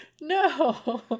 No